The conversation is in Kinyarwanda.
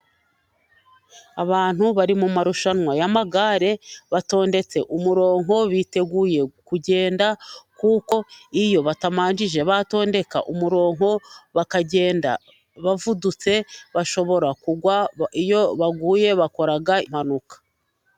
Abantu bari mu mumarushanwa y'amagare, batondetse umurongo, biteguye kugenda; kuko iyo batabanje kwitondeka ku murongo, bakagenda bavudutse, bashobora kugwa, iyo baguye bakora impanuka.